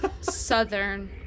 Southern